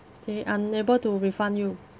they unable to refund you